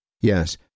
Yes